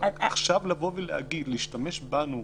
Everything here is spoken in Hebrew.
עכשיו להשתמש בנו,